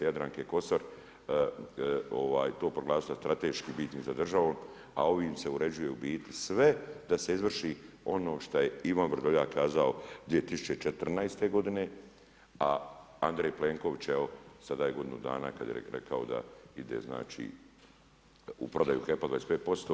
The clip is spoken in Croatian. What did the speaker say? Jadranke Kosor to proglasila strateški bitnim za državu, a ovim se uređuje u biti sve da se izvrši ono što je Ivan Vrdoljak kazao 2014., a Andrej Plenković evo sada je godinu dana kada je rekao da ide u prodaju HEP-a 25%